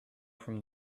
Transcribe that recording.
from